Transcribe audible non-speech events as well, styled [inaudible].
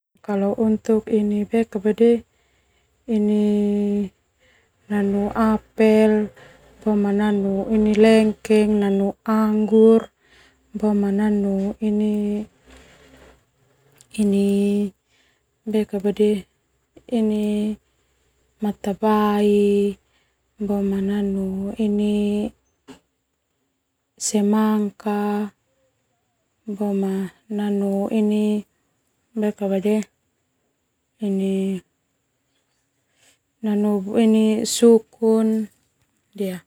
Kalau untuk ini [hesitation] nanu apel, boma nanu ini lengkeng, nanu anggur, boma nanu ini ini [hesitation] ini matabai, boma nanu ini semangka, boma nanu ini [hesitation] ini nanu ini sukun.